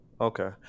Okay